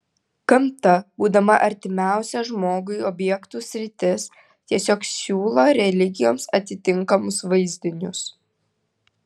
gamta būdama artimiausia žmogui objektų sritis tiesiog siūlo religijoms atitinkamus vaizdinius